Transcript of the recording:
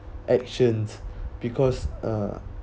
actions because uh